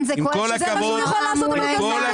עם כל הכבוד- -- אתם